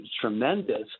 tremendous